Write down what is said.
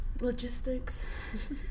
Logistics